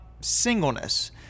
singleness